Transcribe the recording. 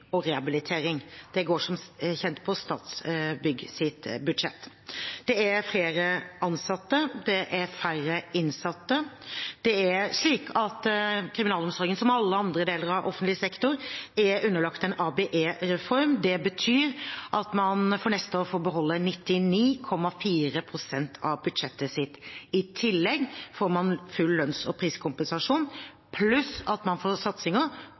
og rehabilitering, det går som kjent på Statsbyggs budsjett. Det er flere ansatte, det er færre innsatte. Kriminalomsorgen, som alle andre deler av offentlig sektor, er underlagt en ABE-reform. Det betyr at man for neste år får beholde 99,4 pst. av budsjettet sitt. I tillegg får man full lønns- og priskompensasjon, pluss at man får satsinger